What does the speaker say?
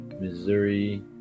Missouri